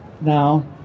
now